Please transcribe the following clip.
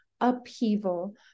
upheaval